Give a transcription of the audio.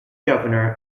governor